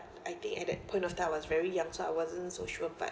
I think at that point of time I was very young so I wasn't so sure but